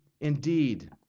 indeed